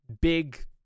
big